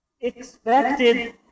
expected